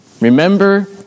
remember